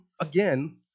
again